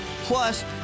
Plus